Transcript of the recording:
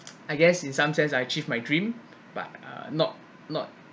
I guess in some sense I achieved my dream but uh not not